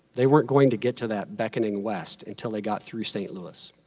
they weren't going to get to that beckoning west until they got through st. louis.